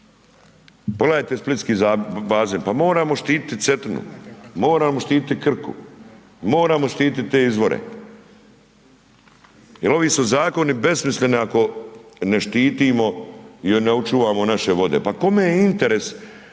Pogledajte splitski bazen, pa moramo štititi Cetinu, moramo štititi Krku, moramo štititi te izvore jel ovi su zakoni besmisleni ako ne štitimo i ne očuvamo naše vode, pa kome je interes